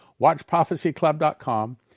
watchprophecyclub.com